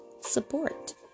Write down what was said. support